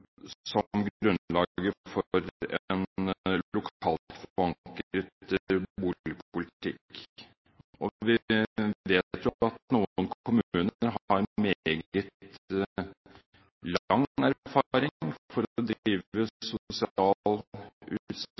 som grunnlaget for en lokalt forankret boligpolitikk. Vi vet jo at noen kommuner har meget lang erfaring med å drive utstrakt sosial